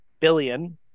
billion